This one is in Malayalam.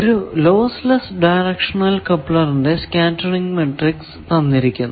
ഒരു ലോസ് ലെസ്സ് ഡയറക്ഷണൽ കപ്ലറിന്റെ സ്കേറ്ററിങ് മാട്രിക്സ് തന്നിരിക്കുന്നു